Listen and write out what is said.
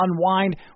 unwind